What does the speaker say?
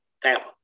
Tampa